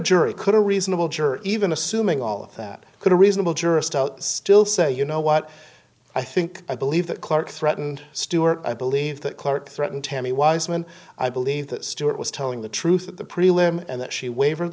jury could a reasonable juror even assuming all of that could a reasonable juror still say you know what i think i believe that clarke threatened stewart i believe that clerk threatened tammy wiseman i believe that stewart was telling the truth at the prelim and that she waver